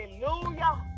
Hallelujah